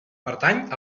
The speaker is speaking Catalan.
pertany